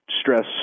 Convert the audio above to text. stress